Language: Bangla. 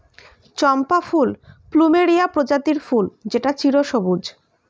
চম্পা ফুল প্লুমেরিয়া প্রজাতির ফুল যেটা চিরসবুজ